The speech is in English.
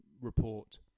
report